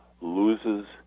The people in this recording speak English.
loses